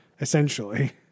essentially